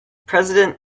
president